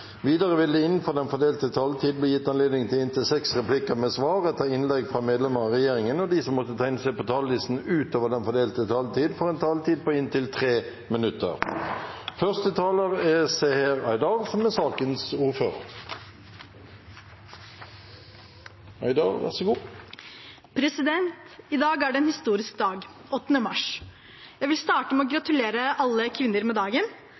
Videre vil det – innenfor den fordelte taletid – bli gitt anledning til inntil fem replikker med svar etter innlegg fra medlemmer av regjeringen, og de som måtte tegne seg på talerlisten utover den fordelte taletid, får en taletid på inntil 3 minutter. Takk til komiteen for et godt samarbeid, og takk til SV, som